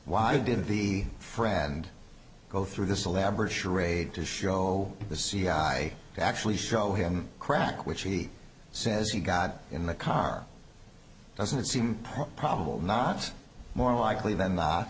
why didn't the friend go through this elaborate charade to show the c i to actually show him crack which he says he got in the car doesn't seem probable not more likely than not